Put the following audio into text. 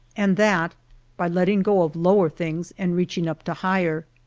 and that by letting go of lower things and reaching up to higher.